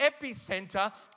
epicenter